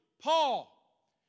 Paul